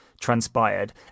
transpired